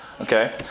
Okay